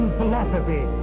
philosophy